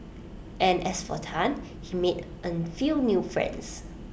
and as for Tan he made A few new friends